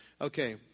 Okay